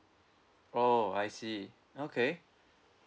oh I see okay